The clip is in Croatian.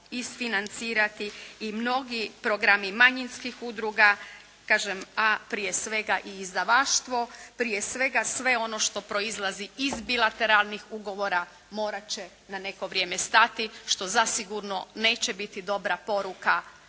isfinancirati i mnogi programi manjinskih udruga kažem a prije svega i izdavaštvo, prije svega sve ono što proizlazi iz bilateralnih ugovora morat će na neko vrijeme stati što zasigurno neće biti dobra poruka